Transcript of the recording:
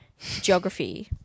Geography